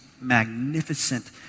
magnificent